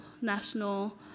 national